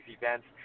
events